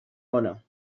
lona